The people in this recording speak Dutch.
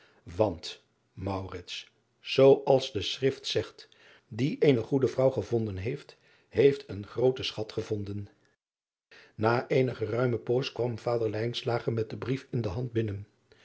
want zoo als de chrift zegt die eene goede vrouw gevonden heeft heeft een grooten schat gevonden a eene geruime poos kwam vader met den brief in de hand binnen